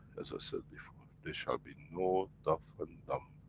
as i said before, there shall be no deaf and dumb,